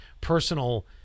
personal